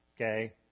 Okay